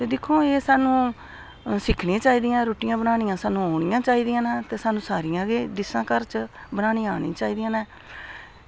ते दिक्खो आं सानूं सिक्खनी चाही दियां रुट्टियां बनानियां ते सानूं औनियां गै चाही दियां सानूं डिशां अपने घर बनानियां आनियां चाही दियां न